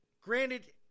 Granted